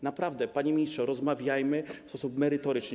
Naprawdę, panie ministrze, rozmawiajmy w sposób merytoryczny.